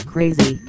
Crazy